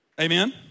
Amen